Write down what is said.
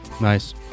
Nice